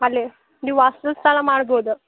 ಅಲ್ಲಿ ನೀವು ವಾಸಸ್ಥಳ ಮಾಡ್ಬೌದು